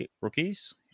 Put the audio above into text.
Rookies